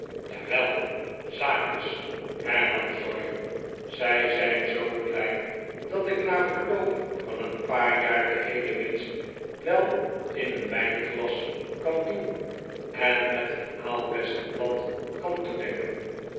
jawel zaakjes hernam sawyer zij zijn zoo klein dat ik na verlobp van een paar jaar de heele winst wel in een wijnglas kan doen en met een aalbesseblad kan toedekken